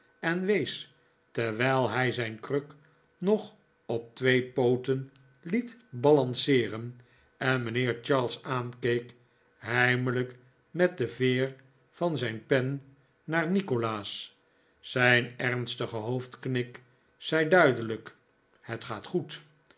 en wees terwijl hij zijn kruk nog op twee pooten liet balanceeren en mijnheer charles aankeek heimelijk met de veer van zijn pen naar nikolaas zijn ernstige hoofdknik zei duidelijk het gaat goed